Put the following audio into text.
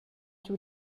giu